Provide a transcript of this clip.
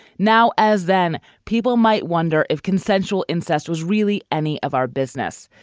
now, as then, people might wonder if consensual incest was really any of our business.